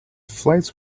flights